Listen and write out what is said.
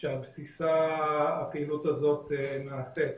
שעל בסיסה הפעילות הזאת נעשית.